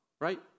right